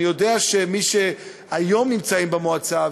אני יודע שמי שהיום נמצאים במועצה,